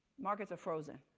markets are frozen,